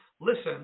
listen